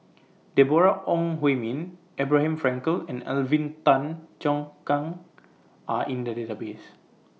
Deborah Ong Hui Min Abraham Frankel and Alvin Tan Cheong Kheng Are in The Database